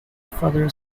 further